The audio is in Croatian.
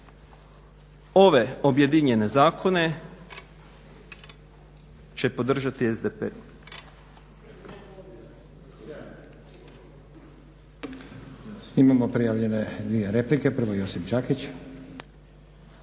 Ove objedinjene zakone će podržati SDP.